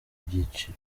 ibyiciro